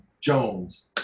Jones